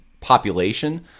population